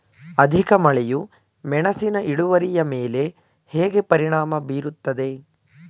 ಅಧಿಕ ಮಳೆಯು ಮೆಣಸಿನ ಇಳುವರಿಯ ಮೇಲೆ ಹೇಗೆ ಪರಿಣಾಮ ಬೀರುತ್ತದೆ?